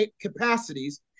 capacities